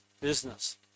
business